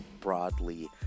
broadly